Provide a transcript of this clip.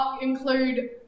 include